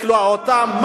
לכלוא אותם?